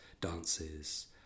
dances